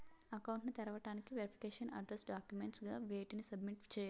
Account ను తెరవటానికి verification address documents గా వేటిని సబ్మిట్ చేయాలి?